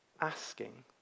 asking